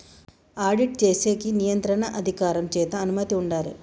audit చేసేకి నియంత్రణ అధికారం చేత అనుమతి ఉండాలే